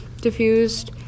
diffused